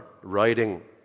writing